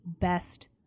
best